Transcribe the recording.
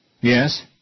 Yes